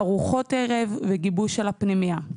ארוחות ערב וגיבוש של הפנימייה.